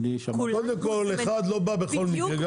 קודם כל אחד לא בא בכל מקרה.